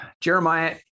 Jeremiah